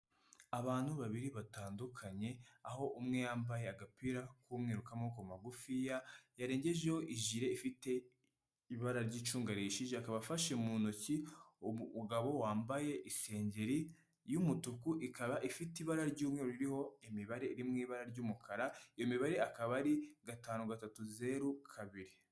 Abantu babiri batandukanye aho umwe yambaye agapira k'umweru k'amaboko magufiya, yarengejeho ijire ifite ibara ry'icunga rihishije, akaba afashe mu ntoki umugabo wambaye isengeri y'umutuku, ikaba ifite ibara ry'umweru ririho imibare iri mu ibara ry'umukara, iyo mibare akaba ari gatanu gatatu, zeru kabiri.